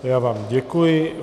Já vám děkuji.